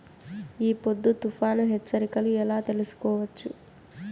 ఈ పొద్దు తుఫాను హెచ్చరికలు ఎలా తెలుసుకోవచ్చు?